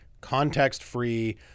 context-free